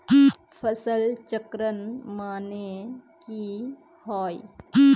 फसल चक्रण माने की होय?